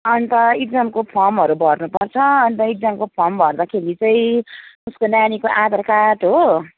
अन्त इक्जामको फर्महरू भर्नुपर्छ अन्त इक्जामको फर्म भर्दाखेरि चाहिँ उसको नानीको आधार कार्ड हो